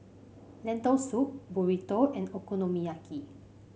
Lentil Soup Burrito and Okonomiyaki